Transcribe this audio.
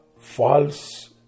false